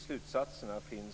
Fru talman!